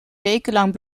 wekenlang